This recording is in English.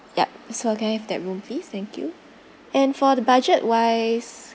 ya so can I have that room please thank you and for the budget wise